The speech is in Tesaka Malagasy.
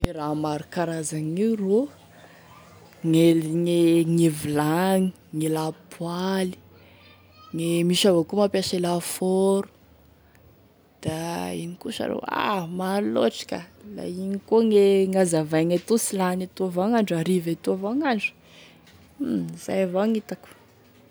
E raha maro karazany io rô, gne gne vilagny, gne lapoaly, gne misy avao koa mampiasa la four, da ino koa sa ro, a maro loatry ka, la igny koa gne gn'azavaigny etoa sy ho lany etoa e foto agny, hariva etoa avao gn'andro, izay avao gn'hitako.